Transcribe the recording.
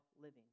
living